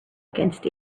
against